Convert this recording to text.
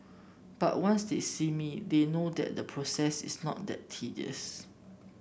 but once they see me they know that the process is not that tedious